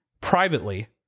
privately